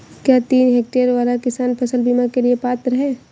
क्या तीन हेक्टेयर वाला किसान फसल बीमा के लिए पात्र हैं?